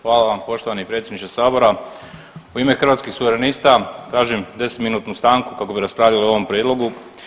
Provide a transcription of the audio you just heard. Hvala vam poštovani predsjedniče HS-a, u ime Hrvatskih suverenista tražim 10-minutnu stanku kako bi raspravljali o ovom prijedlogu.